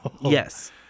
Yes